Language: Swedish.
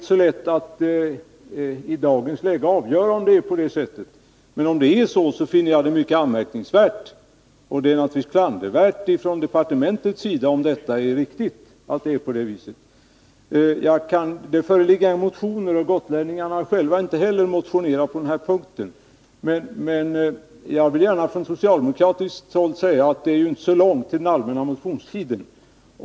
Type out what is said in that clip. Det är inte i dagens läge så lätt att avgöra om det är på detta sätt. Men är det så, finner jag det mycket anmärkningsvärt. Det är då naturligtvis ett klandervärt handlande från departementets sida. Det föreligger inga motioner — gotlänningarna har själva inte heller motionerat på den här punkten. Men jag vill gärna från socialdemokratiskt håll påpeka att det inte är så långt till den allmänna motionstiden.